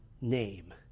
name